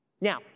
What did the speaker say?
now